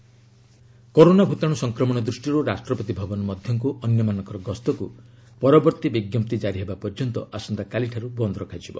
ରାଷ୍ଟ୍ରପତି ଭବନ corona corona ଭୂତାଣୁ ସଂକ୍ରମଣ ଦୃଷ୍ଟିରୁ ରାଷ୍ଟ୍ରପତି ଭବନ ମଧ୍ୟକ୍ ଅନ୍ୟମାନଙ୍କର ଗସ୍ତକୁ ପରବର୍ତ୍ତୀ ବିଜ୍ଞପ୍ତି ଜାରି ହେବା ପର୍ଯ୍ୟନ୍ତ ଆସନ୍ତାକାଲିଠାରୁ ବନ୍ଦ ରଖାଯିବ